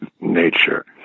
nature